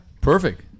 perfect